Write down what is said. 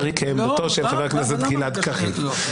היא כעמדתו של חבר הכנסת גלעד קריב.